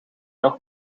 nog